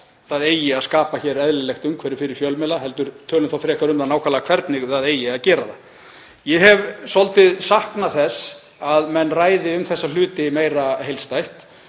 það eigi að skapa hér eðlilegt umhverfi fyrir fjölmiðla heldur tölum frekar um hvernig eigi nákvæmlega að gera það. Ég hef svolítið saknað þess að menn ræði um þessa hluti meira heildstætt.